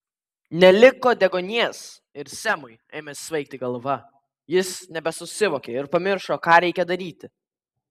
neliko deguonies ir semui ėmė svaigti galva jis nebesusivokė ir pamiršo ką reikia daryti